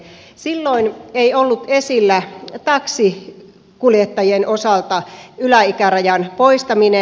silloin ei ollut esillä taksinkuljettajien osalta yläikärajan poistaminen